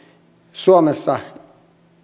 suomessa